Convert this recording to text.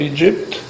Egypt